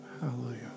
Hallelujah